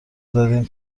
دادیم